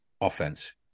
offense